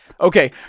Okay